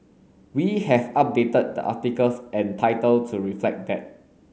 we have updated the articles and title to reflect that